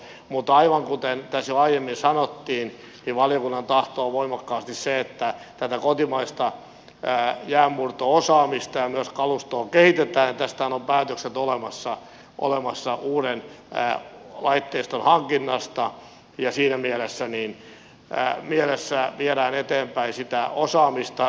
mutta aivan kuten tässä jo aiemmin sanottiin niin valiokunnan tahto on voimakkaasti se että tätä kotimaista jäänmurto osaamista ja myös kalustoa kehitetään ja tästähän on olemassa päätökset uuden laitteiston hankinnasta ja siinä mielessä viedään eteenpäin sitä osaamista